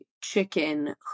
chicken